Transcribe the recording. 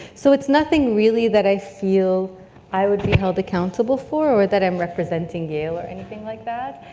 so it's nothing really that i feel i would be held accountable for or that i'm representing yale or anything like that.